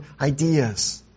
ideas